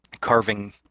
carving